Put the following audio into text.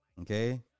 Okay